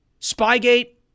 Spygate